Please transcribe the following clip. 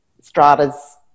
stratas